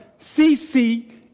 CC